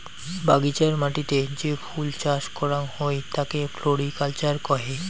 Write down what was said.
বাগিচার মাটিতে যে ফুল চাস করাং হই তাকে ফ্লোরিকালচার কহে